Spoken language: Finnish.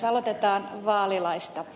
aloitetaan vaalilaista